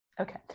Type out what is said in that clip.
Okay